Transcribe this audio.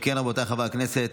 אם כן, רבותיי חברי הכנסת,